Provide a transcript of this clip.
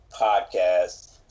podcast